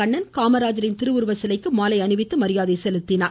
கண்ணன் காமராஜரின் திருவுருவச் சிலைக்கு மாலை அணிவித்து மரியாதை செலுத்தினார்